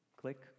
click